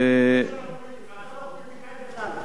מה הקשר לפוליטיקה?